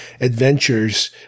adventures